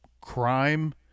crime